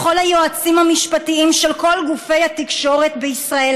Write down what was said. לכל היועצים המשפטיים של כל גופי התקשורת בישראל